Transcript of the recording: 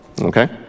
okay